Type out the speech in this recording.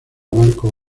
marcos